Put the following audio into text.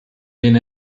been